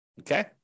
okay